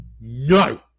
no